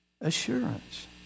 assurance